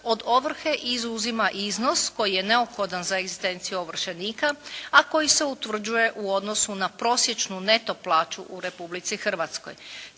od ovrhe izuzima iznos koji je neophodan za egzistenciju ovršenika, a koji se utvrđuje u odnosu na prosječnu neto plaću u Republici Hrvatskoj.